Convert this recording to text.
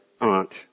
aunt